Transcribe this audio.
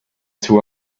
two